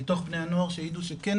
מתוך בני הנוער שהעידו שכן,